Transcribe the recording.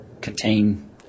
contain